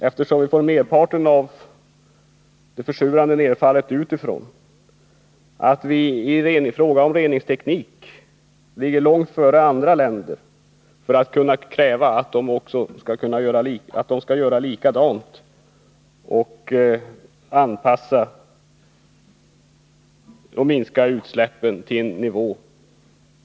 Eftersom vi får merparten av det försurande nedfallet utifrån, är det viktigt att vi i fråga om reningsteknik ligger långt före andra länder för att kunna kräva av dem att de skall följa efter och minska utsläppen till låg nivå.